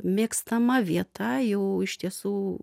mėgstama vieta jau iš tiesų